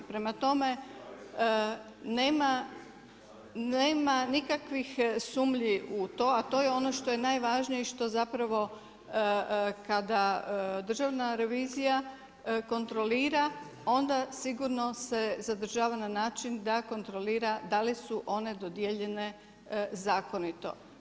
Prema tome nema nikakvih sumnji u to a to je ono što je najvažnije i što zapravo kada državna revizija kontrolira onda sigurno se zadržava na način da kontrolira da li su one dodijeljene zakonito.